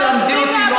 ואת לא תלמדי אותי,